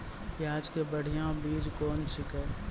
प्याज के बढ़िया बीज कौन छिकै?